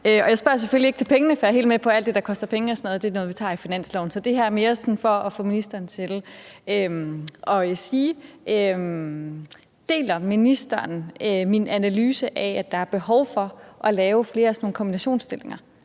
jeg spørger selvfølgelig ikke til pengene. For jeg er helt med på, at alt det, der koster penge og sådan noget, er noget, vi tager i forbindelse med finansloven, så det her er mere for at få ministeren til at sige, om ministeren deler min analyse af, at der er behov for at lave flere af sådan nogle kombinationsstillinger,